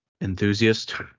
enthusiast